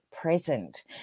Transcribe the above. present